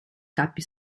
capi